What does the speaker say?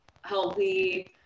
healthy